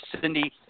cindy